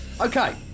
Okay